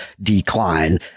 decline